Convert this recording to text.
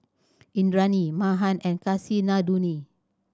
Indranee Mahan and Kasinadhuni